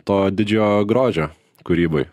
to didžiojo grožio kūryboj